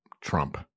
Trump